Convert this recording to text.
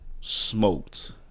smoked